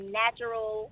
natural